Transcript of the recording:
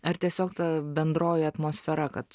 ar tiesiog ta bendroji atmosfera kad